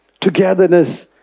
Togetherness